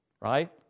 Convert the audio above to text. right